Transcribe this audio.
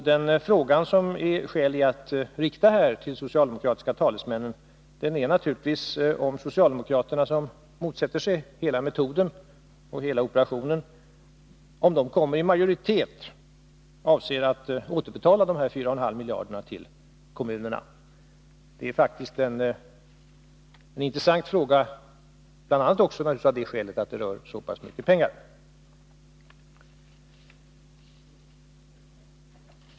Det är då skäl att rikta frågan till de socialdemokratiska talesmännen, om socialdemokraterna — som motsätter sig hela operationen — avser att återbetala dessa 4,5 miljarder till kommunerna ifall de kommer i majoritet. Det är faktiskt en intressant fråga bl.a. också av det skälet att det gäller så pass mycket pengar.